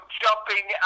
jumping